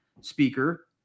speaker